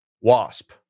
wasp